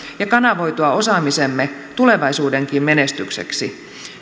ja kanavoitua osaamisemme tulevaisuudenkin menestykseksi